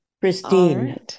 Christine